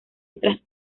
otras